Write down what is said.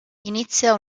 inizia